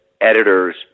editors